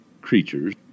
creatures